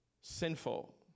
Sinful